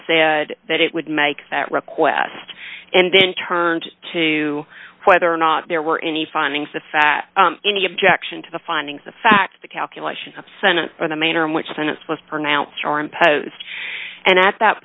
said that it would make that request and then turned to whether or not there were any findings that fat any objection to the findings of fact the calculation of senate or the manner in which sentence was pronounced or imposed and at that